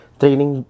training